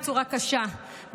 בצורה קשה,